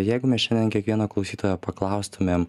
jeigu mes šiandien kiekvieną klausytoją paklaustumėm